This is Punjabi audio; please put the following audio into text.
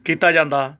ਕੀਤਾ ਜਾਂਦਾ